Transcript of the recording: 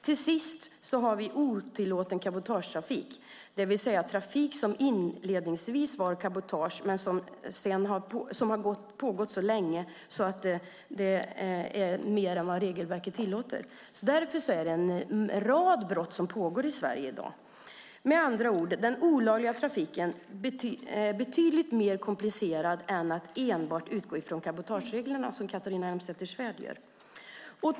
Sist är det frågan om otillåten cabotagetrafik, det vill säga trafik som inledningsvis var cabotage men som har pågått så länge att det är mer än vad regelverket tillåter. Därför är det en rad brott som pågår i Sverige i dag. Med andra ord är det betydligt mer komplicerat med den olagliga trafiken än att enbart utgå från cabotagereglerna, som Catharina Elmsäter-Svärd gör.